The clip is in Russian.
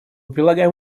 прилагаем